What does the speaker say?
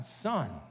son